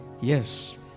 Yes